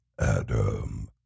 Adam